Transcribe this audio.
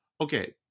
okay